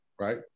right